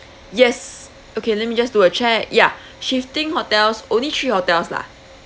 yes okay let me just do a check ya shifting hotels only three hotels lah